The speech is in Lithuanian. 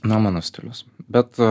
ne mano stilius bet